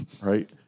right